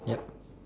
yup